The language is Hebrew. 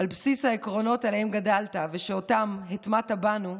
על בסיס העקרונות שעליהם גדלת ושאותם הטמעת בנו,